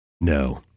No